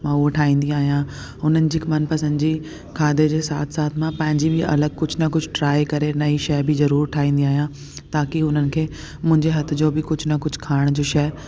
मां उअ ठाहींदी आहियां उन्हनि जी मनपसंदि जी खाधे जे साथ साथ मां पंहिंजी बि कुझु न कुझु ट्राइ करे नईं शइ बि जरूर ठाहींदी आहियां ताकि हुननि खे मुंहिंजे हथ जो बि कुझु न कुझु खाइण जी शइ